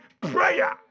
prayer